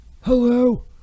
Hello